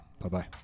Bye-bye